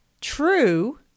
True